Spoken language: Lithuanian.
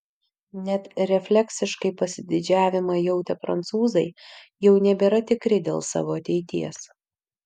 net refleksiškai pasididžiavimą jautę prancūzai jau nebėra tikri dėl savo ateities